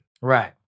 Right